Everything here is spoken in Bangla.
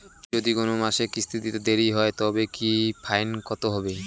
যদি কোন মাসে কিস্তি দিতে দেরি হয় তবে কি ফাইন কতহবে?